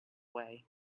way